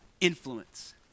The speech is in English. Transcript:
Influence